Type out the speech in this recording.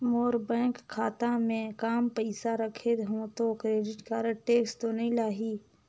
मोर bank खाता मे काम पइसा रखे हो तो क्रेडिट कारड टेक्स तो नइ लाही???